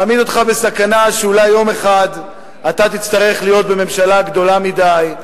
מעמיד אותך בסכנה שאולי יום אחד אתה תצטרך להיות בממשלה גדולה מדי,